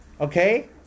okay